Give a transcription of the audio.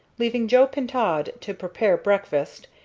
leaving joe pintaud to prepare breakfast,